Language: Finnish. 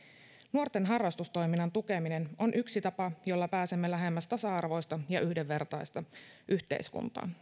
nuorten harrastustoiminnan tukeminen on yksi tapa jolla pääsemme lähemmäs tasa arvoista ja yhdenvertaista yhteiskuntaa